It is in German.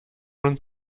und